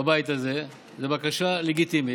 בבית הזה זו בקשה לגיטימית,